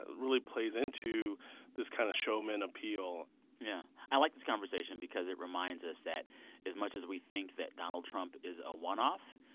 really plays into this kind of showman appeal yeah. i like this conversation because it reminds us that as much as we think that donald trump is a one-off,